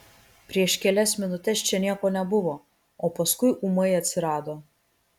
prieš kelias minutes čia nieko nebuvo o paskui ūmai atsirado